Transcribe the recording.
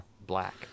Black